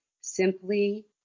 simply